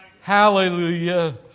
Hallelujah